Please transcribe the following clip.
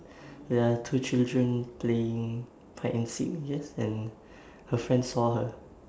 there are two children playing hide and seek yes and her friends saw her